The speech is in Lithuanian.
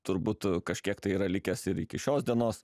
turbūt kažkiek tai yra likęs ir iki šios dienos